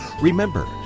Remember